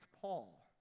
Paul